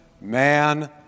man